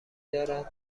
دارد